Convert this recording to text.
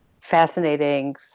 fascinating